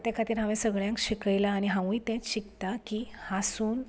तें खातीर हांवें सगळ्यांक शिकयला आनी हांवूय तेच शिकता की हांसून